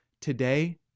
today